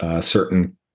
certain